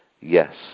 yes